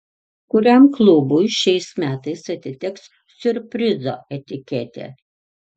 kuriam klubui šiais metais atiteks siurprizo etiketė